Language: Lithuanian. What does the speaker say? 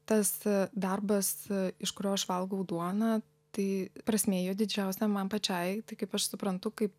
tas darbas iš kurio aš valgau duoną tai prasmė jo didžiausia man pačiai tai kaip aš suprantu kaip